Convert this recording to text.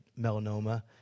melanoma